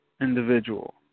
individual